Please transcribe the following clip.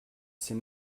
c’est